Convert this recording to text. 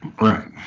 right